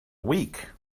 week